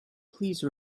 please